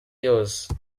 yose